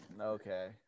Okay